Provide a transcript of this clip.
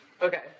Okay